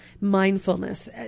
mindfulness